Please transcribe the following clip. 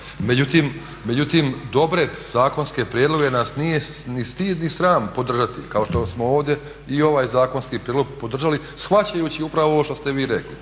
međutim dobre zakonske prijedloge nas nije ni stid ni sram podržati kao što smo ovdje i ovaj zakonski prijedlog podržali shvaćajući upravo ovo što ste vi rekli.